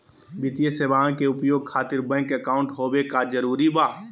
वित्तीय सेवाएं के उपयोग खातिर बैंक अकाउंट होबे का जरूरी बा?